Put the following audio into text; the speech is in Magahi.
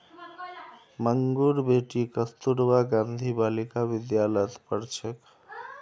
मंगूर बेटी कस्तूरबा गांधी बालिका विद्यालयत पढ़ छेक